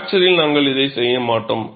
பிராக்சரில் நாங்கள் இதை செய்ய மாட்டோம்